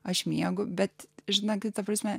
aš miegu bet žinokit ta prasme